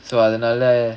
so அதுனால:athunaala